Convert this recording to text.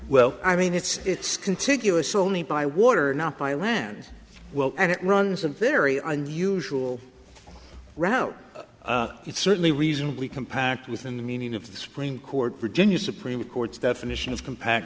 well i mean it's contiguous only by water not by land and it runs a very unusual route it's certainly reasonably compact within the meaning of the supreme court virginia's supreme court's definition of compact